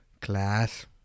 Class